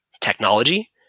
technology